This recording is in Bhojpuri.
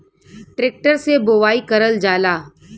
ट्रेक्टर से बोवाई करल जाला